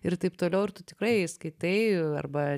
ir taip toliau ir tu tikrai skaitai arba